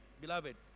beloved